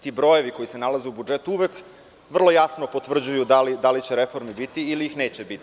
Ti brojevi, koji se nalaze u budžetu, uvek vrlo jasno potvrđuju da li će reformi biti ili ih neće biti.